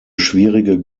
schwierige